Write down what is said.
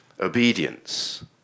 obedience